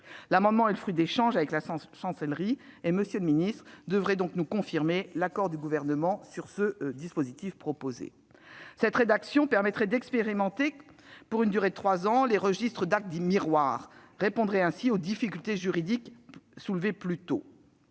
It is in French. L'amendement est le fruit d'échanges avec la Chancellerie ; M. le secrétaire d'État devrait nous confirmer l'accord du Gouvernement sur le dispositif proposé. Cette rédaction permettrait d'expérimenter, pour une durée de trois ans, les registres d'actes dits « miroirs ». Cela répondrait aux difficultés juridiques soulevées plus tôt.